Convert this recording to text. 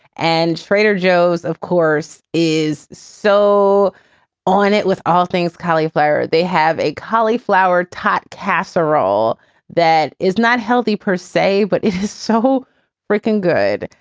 and trader joe's, of course, is so on it with all things cauliflower they have a cauliflower top casserole that is not healthy persay, but it is so freakin good.